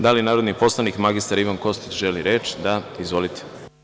Da li na narodni poslanik mr Ivan Kostić želi reč? (Da.) Izvolite.